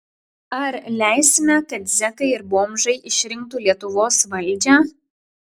ar leisime kad zekai ir bomžai išrinktų lietuvos valdžią